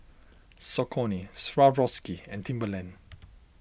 Saucony Swarovski and Timberland